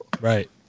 Right